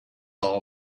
all